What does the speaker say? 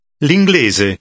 l'inglese